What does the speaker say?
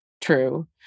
true